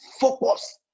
focus